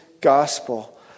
gospel